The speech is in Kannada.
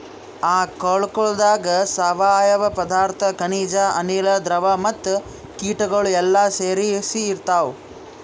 ಆ ಕೊಳುಕದಾಗ್ ಸಾವಯವ ಪದಾರ್ಥ, ಖನಿಜ, ಅನಿಲ, ದ್ರವ ಮತ್ತ ಕೀಟಗೊಳ್ ಎಲ್ಲಾ ಸೇರಿಸಿ ಇರ್ತಾವ್